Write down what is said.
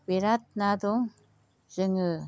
बिराथ ना दं जोङो